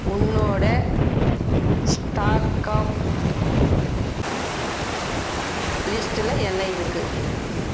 உன்னோடய stock of லிஸ்ட்டில் என்ன இருக்குது